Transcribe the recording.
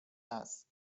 است